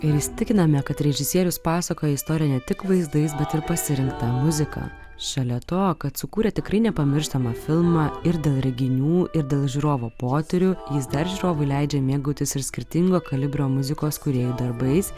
ir įsitikiname kad režisierius pasakoja istoriją ne tik vaizdais bet ir pasirinkta muzika šalia to kad sukūrė tikrai nepamirštamą filmą ir dėl reginių ir dėl žiūrovo potyrių jis dar žiūrovui leidžia mėgautis ir skirtingo kalibro muzikos kūrėjų darbais